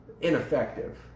Ineffective